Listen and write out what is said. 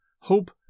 hope